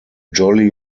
jolly